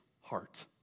heart